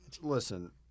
listen